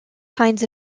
kinds